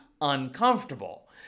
uncomfortable